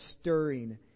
stirring